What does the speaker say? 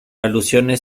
alusiones